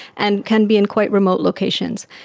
and can be in quite remote locations,